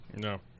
No